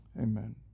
Amen